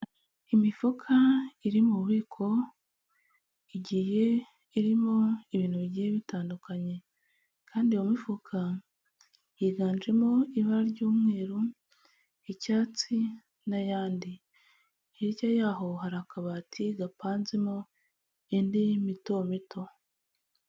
Imifuka iri mu bubiko, igiye irimo ibintu bigiye bitandukanye kandi iyo mifuka higanjemo ibara ry'umweru, icyatsi n'ayandi, hirya y'aho hari akabati gapanzemo indi imito mito.